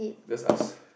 just ask